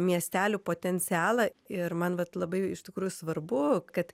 miestelių potencialą ir man vat labai iš tikrųjų svarbu kad